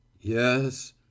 Yes